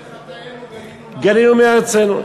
מפני חטאינו גלינו, גלינו מארצנו.